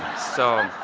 so